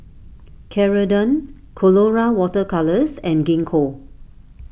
Ceradan Colora Water Colours and Gingko